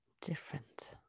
different